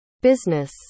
business